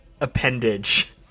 appendage